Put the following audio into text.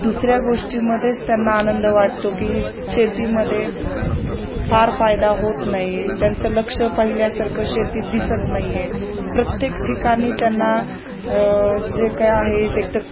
दुसऱ्या गोष्टीमध्येच त्यांना आनंद वाटतो की शेतीमध्ये फार फायदा होत नाही त्यांचं लक्ष पहिल्यासारखं शेती दिसत नाही आहे प्रत्येक ठिकाणी त्यांना जे काय आहे ते एकतर